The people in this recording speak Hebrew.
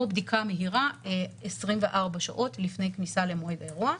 או בדיקה מהירה 24 שעות לפני כניסה למועד האירוע.